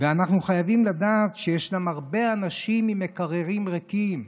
ואנחנו חייבים לדעת שיש הרבה אנשים עם מקררים ריקים.